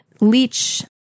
Leech